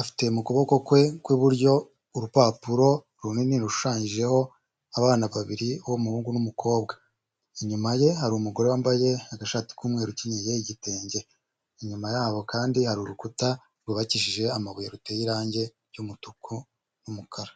afite mu kuboko kwe kw'iburyo urupapuro runini rushushanyijeho abana babiri uw’umuhungu n’umukobwa inyuma ye hari umugore wambaye agashati umweru ukenyeye igitenge, inyuma yabo kandi ari urukuta rwubakishije amabuye ruteye irangi ry'umutuku n'umukara.